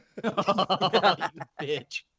bitch